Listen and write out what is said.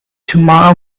tomorrow